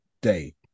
day